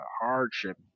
hardship –